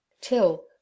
till